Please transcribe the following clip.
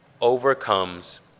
overcomes